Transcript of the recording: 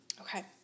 Okay